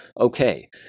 Okay